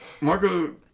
Marco